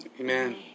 Amen